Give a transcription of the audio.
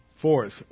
Fourth